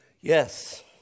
Yes